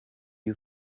you